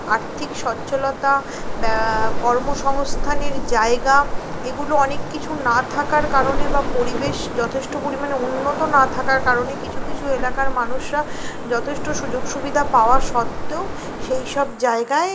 আর্থিক সচ্ছলতা বা কর্মসংস্থানের জায়গা এগুলো অনেক কিছু না থাকার কারণে বা পরিবেশ যথেষ্ট পরিমাণে উন্নত না থাকার কারণে কিছু কিছু এলাকার মানুষরা যথেষ্ট সুযোগ সুবিধা পাওয়া সত্ত্বেও সেই সব জায়গায়